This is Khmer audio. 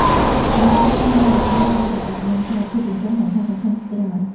ហើយទឹកជំនន់នេះនាំមកនូវដីល្បាប់ និងសារធាតុចិញ្ចឹមសំខាន់ៗជាច្រើន។